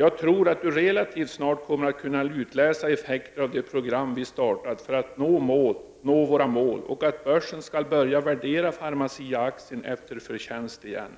”Jag tror att Du relativt snart kommer att kunna utläsa effekter av de program vi startat för att nå våra mål och att börsen skall börja värdera Pharmacia-aktien efter förtjänst igen.”